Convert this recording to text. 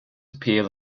appeal